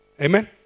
Amen